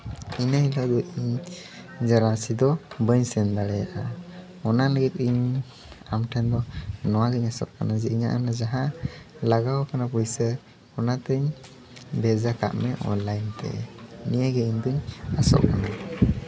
ᱤᱱᱟᱹ ᱦᱤᱞᱚᱜ ᱫᱚ ᱤᱧ ᱡᱟᱨᱟᱥᱤ ᱫᱚ ᱵᱟᱹᱧ ᱥᱮᱱ ᱫᱟᱲᱮᱭᱟᱜᱼᱟ ᱚᱱᱟ ᱞᱟᱹᱜᱤᱫ ᱤᱧ ᱟᱢ ᱴᱷᱮᱱ ᱫᱚ ᱱᱚᱣᱟ ᱜᱤᱧ ᱟᱸᱥᱚᱜ ᱠᱟᱱᱟ ᱡᱮ ᱤᱧᱟᱹᱜ ᱚᱱᱟ ᱡᱟᱦᱟᱸ ᱞᱟᱜᱟᱣ ᱠᱟᱱᱟ ᱯᱩᱭᱥᱟᱹ ᱚᱱᱟᱛᱤᱧ ᱵᱷᱮᱡᱟ ᱠᱟᱜ ᱢᱮ ᱚᱱᱞᱟᱭᱤᱱ ᱛᱮ ᱱᱤᱭᱟᱹ ᱜᱮ ᱤᱧᱫᱚᱧ ᱟᱸᱥᱚᱜ ᱠᱟᱱᱟ